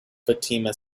fatima